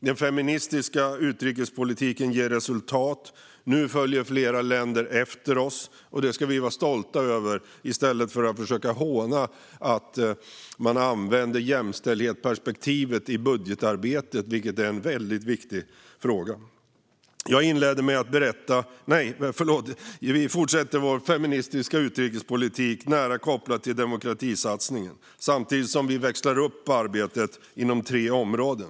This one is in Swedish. Den feministiska utrikespolitiken ger resultat. Nu följer flera länder efter oss, och det ska vi vara stolta över i stället för att försöka håna att man använder jämställdhetsperspektivet i budgetarbetet - vilket är en mycket viktig fråga. Vi fortsätter vår feministiska utrikespolitik nära kopplad till demokratisatsningen, samtidigt som vi växlar upp arbetet inom tre områden.